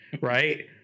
Right